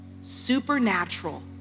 supernatural